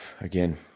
Again